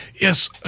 Yes